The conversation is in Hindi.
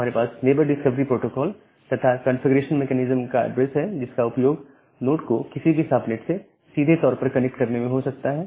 हमारे पास नेबर डिस्कवरी प्रोटोकोल तथा कंफीग्रेशन मेकैनिज्म का एड्रेस है जिसका उपयोग नोड को किसी भी सबनेट से सीधे तौर पर कनेक्ट करने में हो सकता है